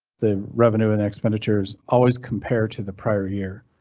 the revenue and expenditures always compare to the prior year.